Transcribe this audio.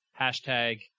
Hashtag